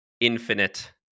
infinite